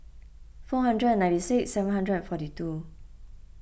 four hundred and ninety six seven hundred and forty two